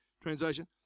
translation